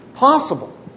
Possible